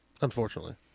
Unfortunately